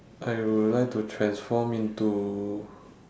I will like to transform into